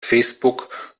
facebook